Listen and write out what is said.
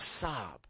sob